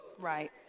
Right